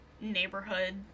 neighborhood